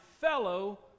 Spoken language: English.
fellow